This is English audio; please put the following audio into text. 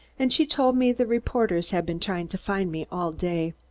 and she told me the reporters had been trying to find me all day.